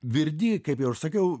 virdi kaip jau ir sakiau